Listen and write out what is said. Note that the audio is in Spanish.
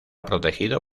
protegido